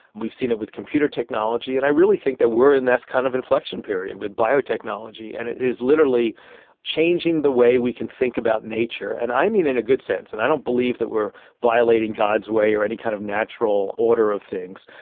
we've seen it with computer technology, and i really think that we're in this kind of inflection period with biotechnology, and it is literally changing the way we can think about nature. and i mean in a good sense, and i don't believe that we're violating god's way, or any kind of natural order of things,